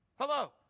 Hello